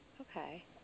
Okay